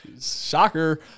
Shocker